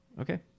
okay